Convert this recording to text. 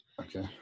Okay